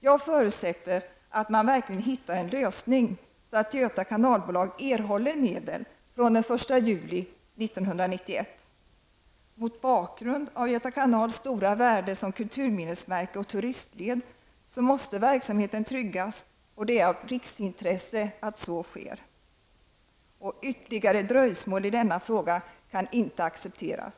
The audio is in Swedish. Jag förutsätter att man verkligen hittar en lösning så att Göta kanalbolag erhåller medel från den 1 juli 1991. Mot bakgrund av Göta kanals stora värde som kulturminnesmärke och turistled måste verksamheten tryggas. Det är av riksintresse att så sker. Ytterligare dröjsmål i denna fråga kan inte accepteras.